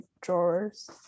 drawers